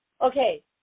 Okay